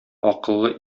акыллы